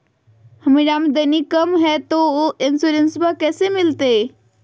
हमर आमदनी कम हय, तो इंसोरेंसबा कैसे मिलते?